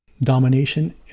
domination